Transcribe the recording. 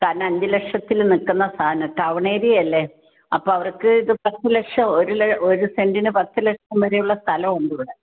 കാരണം അഞ്ച് ലക്ഷത്തിൽ നിൽക്കുന്ന സാധനം ടൗൺ ഏരിയ അല്ലേ അപ്പോൾ അവർക്ക് ഇത് പത്ത് ലക്ഷം ഒരു ലക്ഷം ഒരു സെൻ്റിന് പത്ത് ലക്ഷം വരെയുള്ള സ്ഥലമുണ്ട് ഇവിടെ